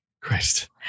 Christ